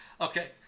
Okay